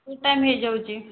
ଫୁଲ୍ time ହୋଇଯାଉଛି